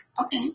Okay